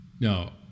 Now